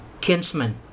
kinsman